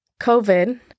COVID